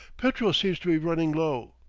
petrol seems to be running low.